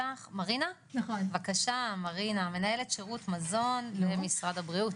בבקשה מרינה מהלשכה המשפטית במשרד הבריאות.